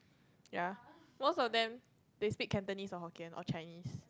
ya most of them they speak Cantonese or Hokkien or Chinese